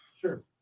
Sure